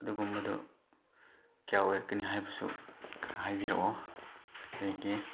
ꯑꯗꯨꯒꯨꯝꯕꯗꯣ ꯀꯌꯥ ꯑꯣꯏꯔꯛꯀꯅꯤ ꯍꯥꯏꯕꯁꯨ ꯈꯔ ꯍꯥꯏꯕꯤꯔꯛꯑꯣ ꯑꯗꯒꯤ